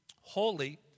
holy